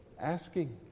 Asking